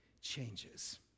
changes